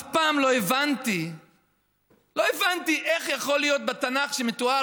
אף פעם לא הבנתי איך יכול להיות שבתנ"ך מתואר,